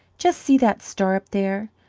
just see that star up there!